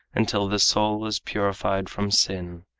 until the soul is purified from sin,